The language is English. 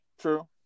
True